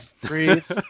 Breathe